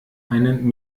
einen